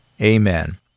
Amen